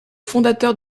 fondateur